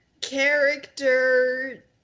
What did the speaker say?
character